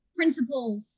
principles